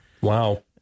Wow